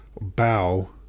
bow